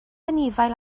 anifail